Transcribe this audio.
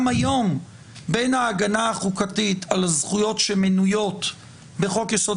היום בין ההגנה החוקתית על זכויות שמנויות בחוק-יסוד: